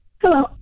Hello